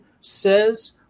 Says